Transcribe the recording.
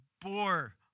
bore